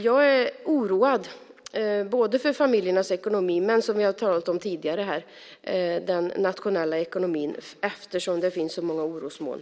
Jag är oroad både för familjernas ekonomi och, som jag har talat om tidigare här, för den nationella ekonomin eftersom det finns så många orosmoln.